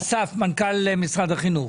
אסף, מנכ"ל משרד החינוך.